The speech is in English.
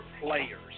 players